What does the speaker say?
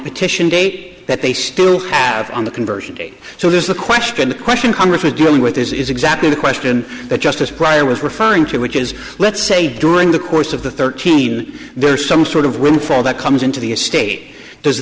petition date that they still have on the conversion date so there's the question the question congressman doing with this is exactly the question that justice breyer was referring to which is let's say during the course of the thirteen there's some sort of room for that come into the estate does